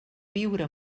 viure